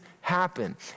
happen